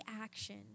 action